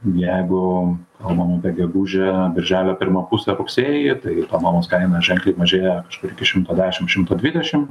jeigu kalbam apie gegužę birželio pirmą pusę rugsėjį tai ta nuomos kaina ženkliai mažėja kažkur iki šimto dešim šimto dvidešim